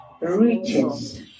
riches